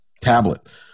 Tablet